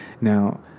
Now